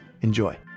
enjoy